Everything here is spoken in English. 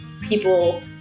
people